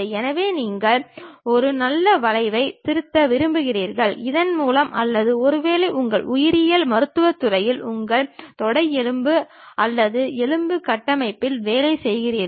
எனவே நீங்கள் ஒரு நல்ல வளைவைப் பொருத்த விரும்புகிறீர்கள் அதன் மூலம் அல்லது ஒருவேளை உங்கள் உயிரியல் மருத்துவத் துறையில் உங்கள் தொடை எலும்புகள் அல்லது எலும்பு கட்டமைப்புகளில் வேலை செய்கிறீர்கள்